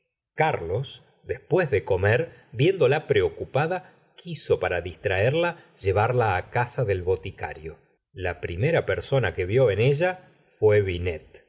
carlos después de comer viéndola preocupada quiso para distraerla llevarla casa del boticario la primera persona que vi en ella fué binet